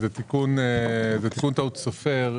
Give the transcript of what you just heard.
זה תיקון טעות סופר.